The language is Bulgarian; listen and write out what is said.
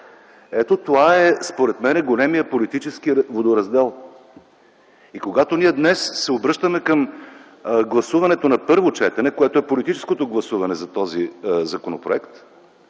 Ето това, според мен, е големият политически водораздел. И когато ние днес се обръщаме към гласуването на първо четене, което е политическото гласуване за този законопроект,